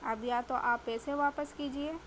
اب یا تو آپ پیسے واپس کیجیے